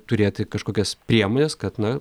turėti kažkokias priemones kad na